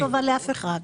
לא עושה טובה לאף אחד.